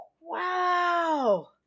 Wow